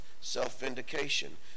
self-vindication